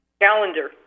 calendar